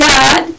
God